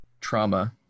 trauma